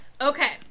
Okay